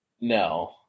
No